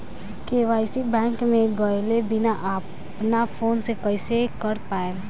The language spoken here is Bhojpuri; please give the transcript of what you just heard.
के.वाइ.सी बैंक मे गएले बिना अपना फोन से कइसे कर पाएम?